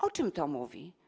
O czym to mówi?